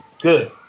Good